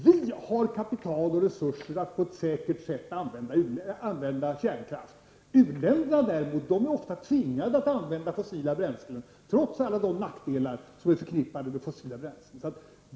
Vi har kapital och resurser att på ett säkert sätt använda kärnkraft. U-länderna är däremot ofta tvingade att använda fossila bränslen trots alla de nackdelar som är förknippade med dessa bränslen.